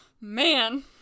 Man